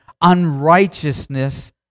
Unrighteousness